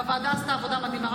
והוועדה עשתה עבודה מדהימה.